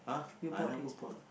you bought his book